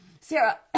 Sarah